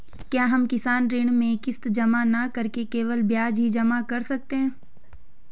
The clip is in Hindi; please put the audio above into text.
क्या हम किसान ऋण में किश्त जमा न करके केवल ब्याज ही जमा कर सकते हैं?